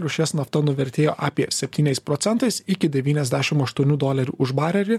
rūšies nafta nuvertėjo apie septyniais procentais iki devyniasdešim aštuonių dolerių už barelį